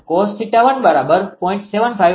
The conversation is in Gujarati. તેથી 𝜃1cos−1 0